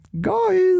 Guys